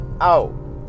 out